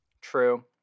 True